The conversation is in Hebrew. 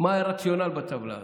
מה היה הרציונל בטבלה הזאת.